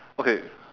okay